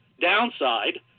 downside